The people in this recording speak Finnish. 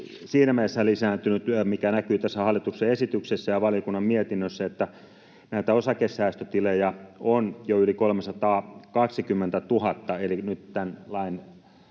siinä mielessä lisääntynyt — mikä näkyy tässä hallituksen esityksessä ja valiokunnan mietinnössä — että näitä osakesäästötilejä on jo yli 320 000, eli nyt tämän lain